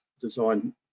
design